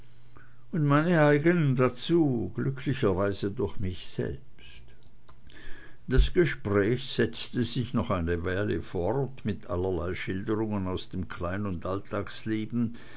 und meine eignen dazu glücklicherweise durch mich selbst das gespräch setzte sich noch eine weile fort und allerlei schilderungen aus dem klein und alltagsleben